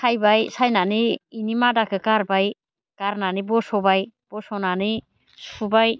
सायबाय सायनानै बेनि मादाखौ गारबाय गारनानै बस'बाय बस'नानै सुबाय